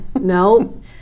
No